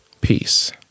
Peace